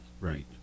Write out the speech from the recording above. Right